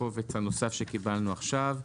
בקובץ הנוסף שקיבלנו עכשיו,